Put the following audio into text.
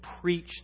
preach